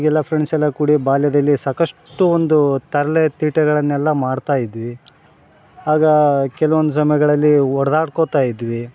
ಹೀಗೆಲ್ಲ ಫ್ರೆಂಡ್ಸ್ ಎಲ್ಲ ಕೂಡಿ ಬಾಲ್ಯದಲ್ಲಿ ಸಾಕಷ್ಟು ಒಂದು ತರಲೆ ತೀಟೆಗಳನೆಲ್ಲ ಮಾಡ್ತಾ ಇದ್ವಿ ಆಗ ಕೆಲವೊಂದು ಸಮಯಗಳಲ್ಲಿ ಹೋಡ್ದಾಡ್ಕೋತಾ ಇದ್ವಿ